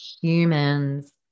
humans